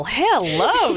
hello